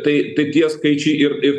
tai tai tie skaičiai ir ir